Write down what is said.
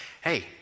hey